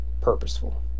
purposeful